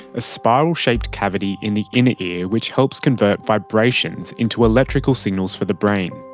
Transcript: a spiral shaped cavity in the inner ear which helps convert vibrations into electrical signals for the brain.